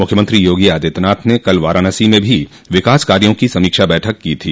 मुख्यमंत्री योगी आदित्यनाथ ने कल वाराणसी में भी विकास कार्यों की समीक्षा बैठक की थी